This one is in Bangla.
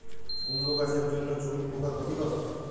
কুমড়ো গাছের জন্য চুঙ্গি পোকা ক্ষতিকর?